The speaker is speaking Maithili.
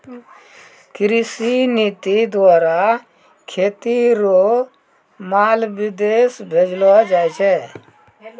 कृषि नीति द्वारा खेती रो माल विदेश भेजलो जाय छै